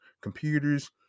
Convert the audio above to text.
computers